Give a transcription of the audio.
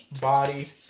body